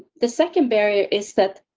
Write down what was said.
the second barrier is that.